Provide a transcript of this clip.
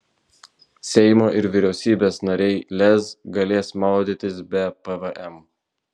seimo ir vyriausybės nariai lez galės maudytis be pvm